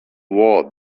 war